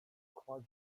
quasi